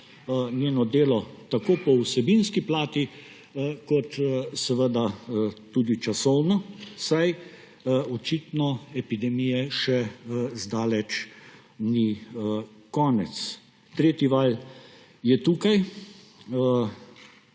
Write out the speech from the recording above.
njeno delo tako po vsebinski plati kot tudi časovno, saj očitno epidemije še zdaleč ni konec. Tretji val je tukaj.